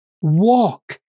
Walk